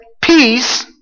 peace